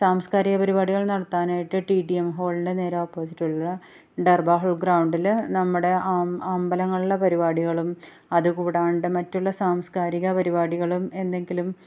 സാംസ്കാരിക പരിപാടികൾ നടത്താനായിട്ട് ടി ഡി എം ഹോളിൻ്റെ നേരെ ഓപ്പോസിറ്റ് ഉള്ള ഡർബാർ ഹോൾ ഗ്രൗണ്ടിൽ നമ്മുടെ ആം അമ്പലങ്ങളുടെ പരിപാടികളും അതുകൂടാണ്ട് മറ്റുള്ള സാംസ്കാരിക പരിപാടികളും എന്തെങ്കിലും